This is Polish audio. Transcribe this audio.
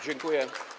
Dziękuję.